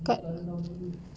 cut